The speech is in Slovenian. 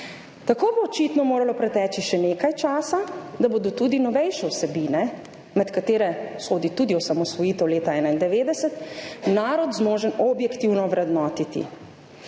Tako bo očitno moralo preteči še nekaj časa, da bo tudi novejše vsebine, med katere sodi tudi osamosvojitev leta 1991, narod zmožen objektivno vrednotiti